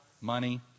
money